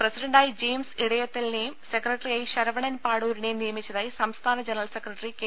പ്രസിഡന്റായി ജയിംസ് ഇടയത്തിലി നേയും സെക്രട്ടറിയായി ശരവണൻ പാടൂരിനേയും നിയമിച്ചതായി സംസ്ഥാന ജനറൽ സെക്രട്ടറി കെ